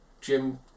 Jim